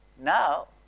Now